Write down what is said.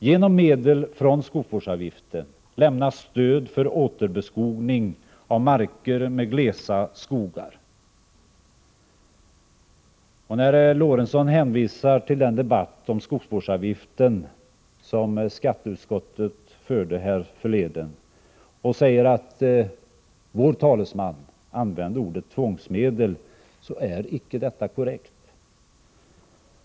Genom medel från skogsvårdsavgiften lämnas stöd för återbeskogning av marker med glesa skogar. När herr Lorentzon hänvisar till den debatt om skogsvårdsavgiften som skatteutskottet förde härförleden och säger att vår talesman använde ordet tvångsmedel så är icke detta korrekt.